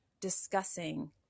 discussing